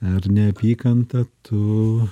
ar neapykanta tu